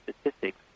statistics